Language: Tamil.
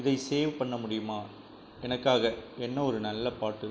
இதை சேவ் பண்ண முடியுமா எனக்காக என்ன ஒரு நல்ல பாட்டு